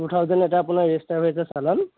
two thousand এটা আপোনাৰ register হৈ আছে চালান